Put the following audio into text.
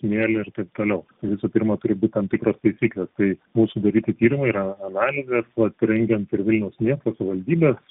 smėlį ir taip toliau visų pirma turi būti tam tikros taisyklės tai buvo sudaryti tyrimai yra analizės vat rengiant ir vilniaus miesto savaldybės